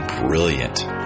brilliant